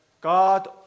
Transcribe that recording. God